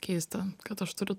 keista kad aš turiu